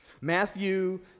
Matthew